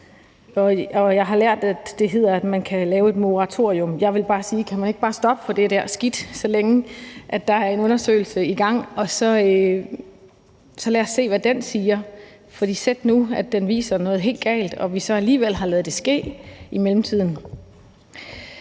Jeg har lært, at det hedder, at man kan lave et moratorium. Jeg vil bare sige: Kan man ikke bare stoppe for det der skidt, så længe der er en undersøgelse i gang, og så lad os se, hvad den siger? For sæt nu, at den viser, at noget er helt galt, og vi så alligevel har ladet det ske i mellemtiden.